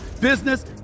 business